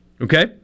okay